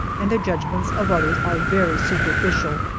and their judg ments of others are very superficial,